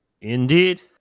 Indeed